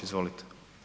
Izvolite.